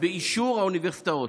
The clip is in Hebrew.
באישור האוניברסיטאות.